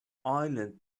island